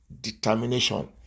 determination